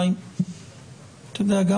אתה יודע,